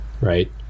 right